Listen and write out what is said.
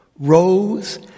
Rose